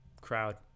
Crowd